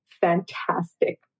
fantastic